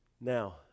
Now